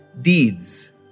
deeds